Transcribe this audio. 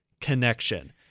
connection